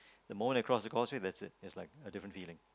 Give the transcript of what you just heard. the more they cross the causeway that's it it's like a different feeling